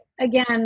again